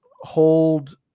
hold